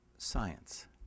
science